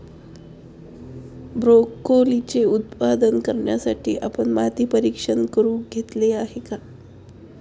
ब्रोकोलीचे उत्पादन करण्यासाठी आपण माती परीक्षण करुन घेतले आहे का?